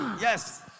Yes